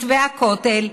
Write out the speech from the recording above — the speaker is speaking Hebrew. מתווה הכותל,